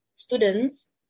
students